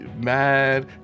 mad